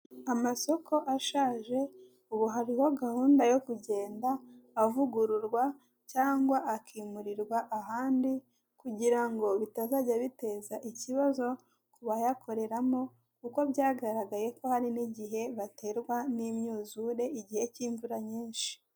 Amasoko ashaje ubu hariho gahunda yo kugenda avugururwa cyangwa akimurirwa ahandi, kugira ngo bitazajya biteza ikibazo ku bayakoreramo kuko byagaragaye ko hari n'igihe baterwa n'imyuzure igihe cy'imvura nyinshi.